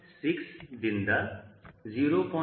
6 ದಿಂದ 0